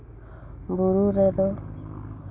ᱵᱩᱨᱩ ᱨᱮᱫᱚ